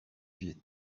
viêt